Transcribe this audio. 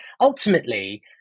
Ultimately